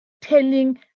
telling